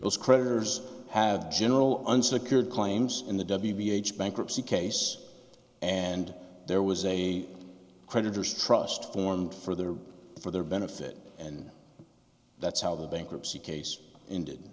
those creditors have general unsecured claims in the w b h bankruptcy case and there was a creditors trust formed for their for their benefit and that's how the bankruptcy case ended